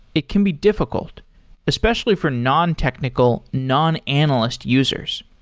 it can be difficult especially for nontechnical, non-analyst users.